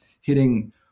hitting